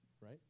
Right